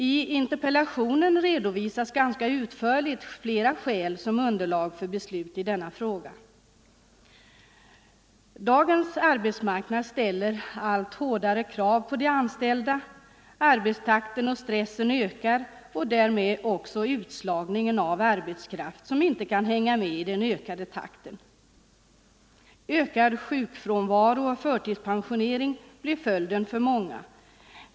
I interpellationen redovisas ganska utförligt flera skäl som underlag för beslut i denna fråga. Dagens arbetsmarknad ställer allt hårdare krav på de anställda. Arbetstakten och stressen ökar och därmed också utslagningen av arbetskraft som inte kan hänga med i den ökade takten. Ökad sjukfrånvaro och förtidspensionering blir följden för många.